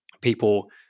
people